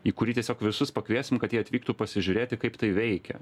į kurį tiesiog visus pakviesim kad jie atvyktų pasižiūrėti kaip tai veikia